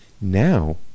Now